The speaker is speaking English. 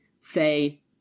say